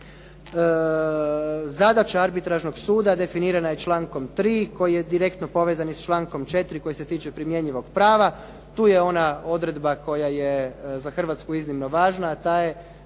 Zadaća arbitražnog suda definirana je člankom 3. koji je direktno povezan i s člankom 4. koji je se tiče primjenjivog prava. Tu je ona odredba koja je za Hrvatsku iznimno važna,